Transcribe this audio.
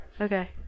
Okay